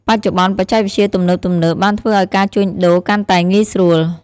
បច្ចុប្បន្ន បច្ចេកវិទ្យាទំនើបៗ បានធ្វើឱ្យការជួញដូរកាន់តែងាយស្រួល។